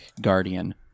Guardian